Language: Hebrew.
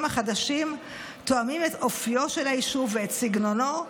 החדשים תואמים את אופיו של היישוב ואת סגנונו,